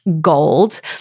gold